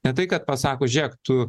ne tai kad pasako žėk tu